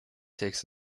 takes